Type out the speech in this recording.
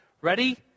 Ready